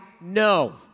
No